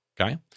okay